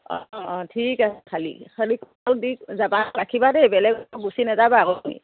অঁ অঁ অঁ ঠিক আছে